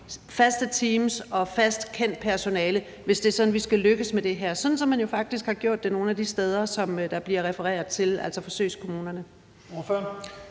faste teams og fast kendt personale, hvis det er sådan, at vi skal lykkes med det her, sådan som man jo faktisk har gjort det nogle af de steder, som der bliver refereret til, altså forsøgskommunerne?